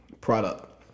product